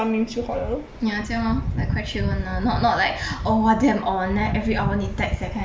ya 这样 lor like quite chill [one] lah not not like oh !wah! like damn on then every hour need text that kind